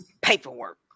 Paperwork